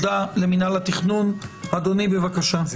אדוני, בבקשה.